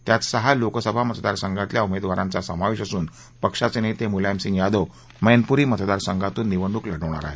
त्यात सहा लोकसभा मतदारसंघामधल्या उमेदवारांचा समावेश असून पक्षाचे नेते मुलायम सिंग यादव मैनपुरी मतदारसंघातून निवडणूक लढवणार आहेत